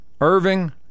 Irving